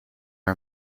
are